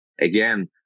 Again